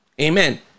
Amen